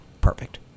perfect